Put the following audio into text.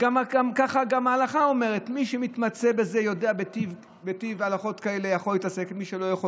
ככה גם ההלכה אומרת: מי שמתמצא בזה יודע בטיב הלכות כאלה יכול לפסוק.